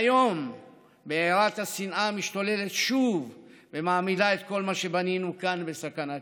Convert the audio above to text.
היום בערת השנאה משתוללת שוב ומעמידה את כל מה שבנינו כאן בסכנה קיומית.